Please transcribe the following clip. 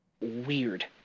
weird